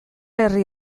herri